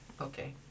Okay